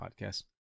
podcast